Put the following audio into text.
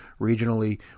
regionally